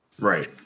Right